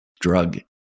drug